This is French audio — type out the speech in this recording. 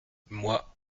moi